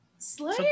Slayer